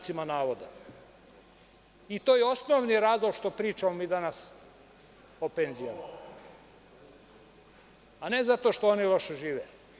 To je osnovni razlog što pričamo mi danas o penzijama, a ne zato što oni loše žive.